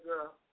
girl